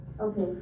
Okay